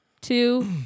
two